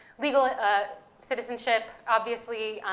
legal ah citizenship, obviously,